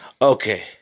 Okay